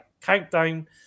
Countdown